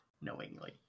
knowingly